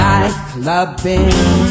Nightclubbing